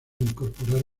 incorporar